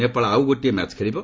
ନେପାଳ ଆଉ ଗୋଟିଏ ମ୍ୟାଚ୍ ଖେଳିବ